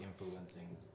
influencing